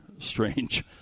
strange